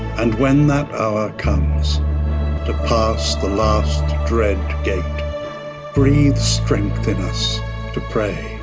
and when that hour comes to pass the last dread gate breathe strength in us to pray